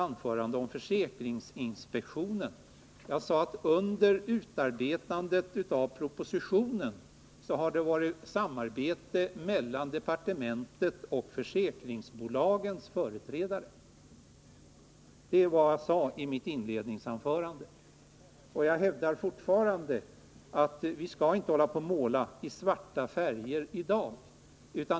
Vad jag sade i mitt inledningsanförande var att det under utarbetandet av propositionen har förekommit samarbete mellan departementet och försäkringsbolagens företrädare. Jag hävdar fortfarande att vi inte skall hålla på och 35 måla i svart i dag.